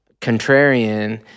contrarian